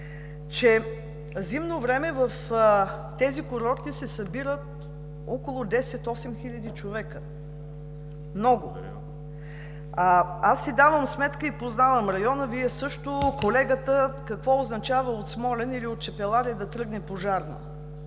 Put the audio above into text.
че зимно време в тези курорти се събират около осем, десет хиляди човека. Много. Аз си давам сметка и познавам района, Вие също. Знаете какво означава от Смолян или от Чепеларе да тръгне пожарна,